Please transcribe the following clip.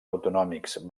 autonòmics